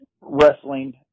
wrestling